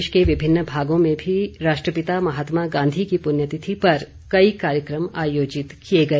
प्रदेश के विभिन्न भागों में भी राष्ट्रपिता महात्मा गांधी की पुण्यतिथि पर कई कार्यक्रम आयोजित किए गए